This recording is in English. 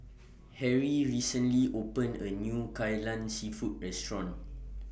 Harry recently opened A New Kai Lan Seafood Restaurant